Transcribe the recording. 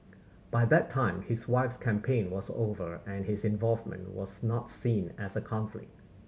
by that time his wife's campaign was over and his involvement was not seen as a conflict